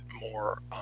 more